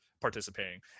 participating